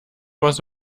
was